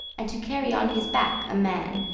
and to carry on his back a man,